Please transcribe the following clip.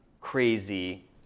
crazy